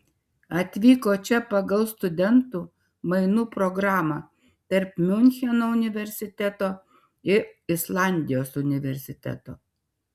atvyko čia pagal studentų mainų programą tarp miuncheno universiteto ir islandijos universiteto